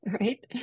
right